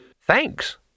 Thanks